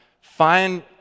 find